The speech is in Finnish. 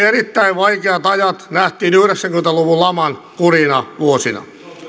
erittäin vaikeat ajat nähtiin yhdeksänkymmentä luvun laman kurjina vuosina